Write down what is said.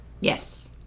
Yes